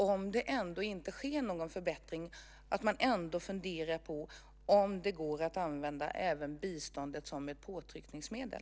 Om det ändå inte sker någon förbättring hoppas jag att man ändå funderar på om det går att använda även biståndet som ett påtryckningsmedel.